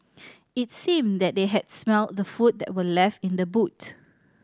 it seemed that they had smelt the food that were left in the boot